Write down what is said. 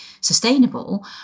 sustainable